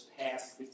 passed